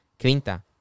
quinta